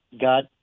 got